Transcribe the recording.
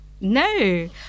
no